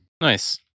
Nice